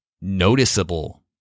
Noticeable